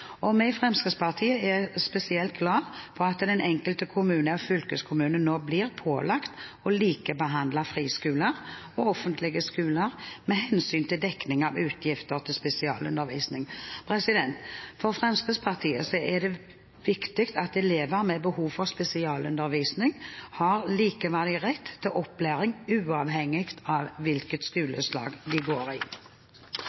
regelverk. Vi i Fremskrittspartiet er spesielt glade for at den enkelte kommune og fylkeskommune nå blir pålagt å likebehandle friskoler og offentlige skoler med hensyn til dekning av utgifter til spesialundervisning. For Fremskrittspartiet er det viktig at elever med behov for spesialundervisning har likeverdig rett til opplæring uavhengig av hvilket